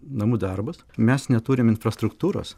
namų darbus mes neturim infrastruktūros